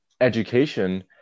education